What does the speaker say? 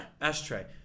Ashtray